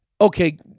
okay